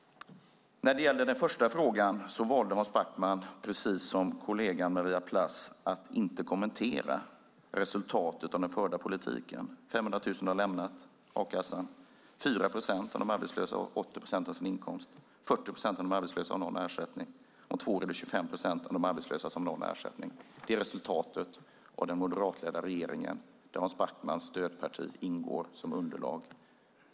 När det gäller den första frågan valde Hans Backman, precis som kollegan Maria Plass, att inte kommentera resultatet av den förda politiken. 500 000 har lämnat a-kassan, 4 procent av de arbetslösa har 80 procent av sin inkomst, 40 procent av de arbetslösa har någon ersättning, om två år är det 25 procent av de arbetslösa som har någon ersättning. Det är resultatet av politiken från den moderatledda regeringen, där Hans Backmans stödparti ingår som underlag.